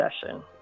session